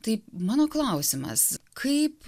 tai mano klausimas kaip